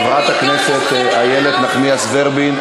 חברת הכנסת איילת נחמיאס ורבין,